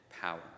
power